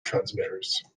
transmitters